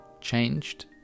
changed